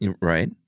Right